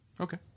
Okay